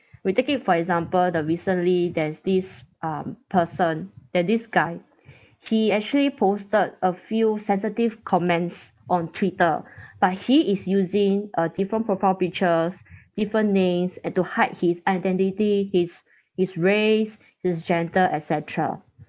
we take it for example the recently there's this um person that this guy he actually posted a few sensitive comments on twitter but he is using a different profile pictures different names and to hide his identity his his race his geder et cetera